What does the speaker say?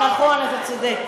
נכון, נחמן, אתה צודק.